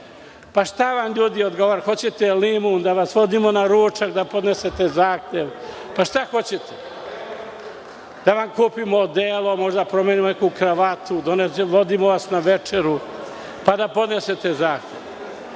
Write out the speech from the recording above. šta vam ljudi odgovara, hoćete limun, da vas vodimo na ručak, da podnesete zahtev? Šta hoćete, da vam kupimo odelo, možda promenimo neku kravatu, vodimo vas na večeru, pa da podnesete zahtev?